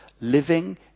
living